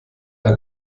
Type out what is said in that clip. ein